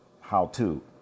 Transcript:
how-to